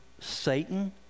Satan